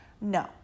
no